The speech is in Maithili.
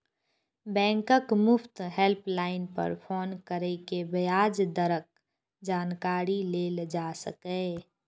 बैंकक मुफ्त हेल्पलाइन पर फोन कैर के ब्याज दरक जानकारी लेल जा सकैए